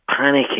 panicking